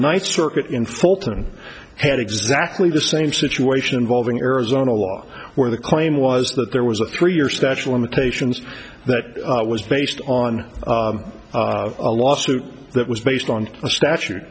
ninth circuit in fulton had exactly the same situation involving arizona law where the claim was that there was a three year statute of limitations that was based on a lawsuit that was based on the statute